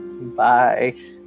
Bye